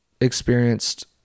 experienced